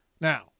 Now